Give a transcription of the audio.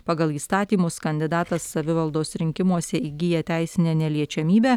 pagal įstatymus kandidatas savivaldos rinkimuose įgyja teisinę neliečiamybę